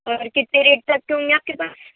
اور کتنے ریٹ تک کے ہوں گے آپ کے پاس